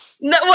No